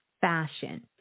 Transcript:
fashion